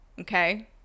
okay